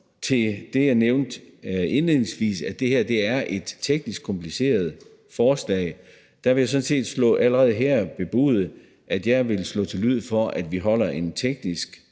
til det, jeg nævnte indledningsvis, nemlig at det her er et teknisk kompliceret forslag, vil jeg sådan set allerede her bebude, at jeg vil slå til lyd for, at vi beder om en teknisk